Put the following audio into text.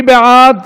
מי בעד?